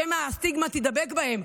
שמא הסטיגמה תדבק בהם.